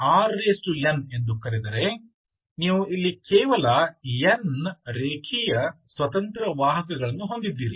ನೀವು ಈ ಆಯಾಮವನ್ನು Rn ಎಂದು ಕರೆದರೆ ನೀವು ಇಲ್ಲಿ ಕೇವಲ n ರೇಖೀಯ ಸ್ವತಂತ್ರ ವಾಹಕಗಳನ್ನು ಹೊಂದಿದ್ದೀರಿ